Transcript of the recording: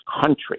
country